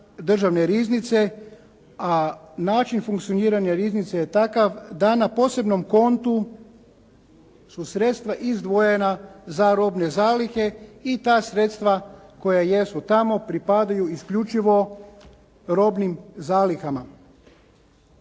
Državne riznice a način funkcioniranja riznice je takav da na posebnom kontu su sredstva izdvojena za robne zalihe i ta sredstva koja jesu tamo pripadaju isključivo robnim zalihama.